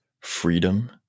freedom